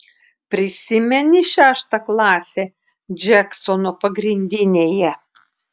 prisimeni šeštą klasę džeksono pagrindinėje